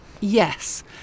Yes